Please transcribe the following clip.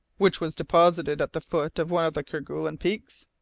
which was deposited at the foot of one of the kerguelen peaks?